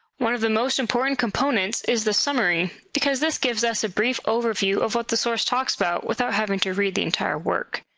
one of the most important components is the summary, because this gives us a brief overview of what the source talks about without having to read the entire work.